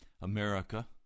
America